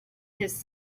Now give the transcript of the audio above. his